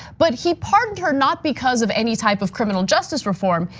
but he pardoned her not because of any type of criminal justice reform.